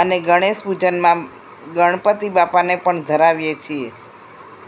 અને ગણેશપૂજનમાં ગણપતિ બાપાને પણ ધરાવીએ છીએ